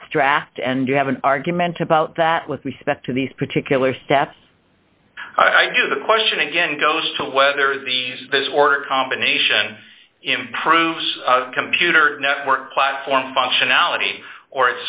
abstract and you have an argument about that with respect to these particular steps i do the question again goes to whether the order combination improves computer network platform functionality or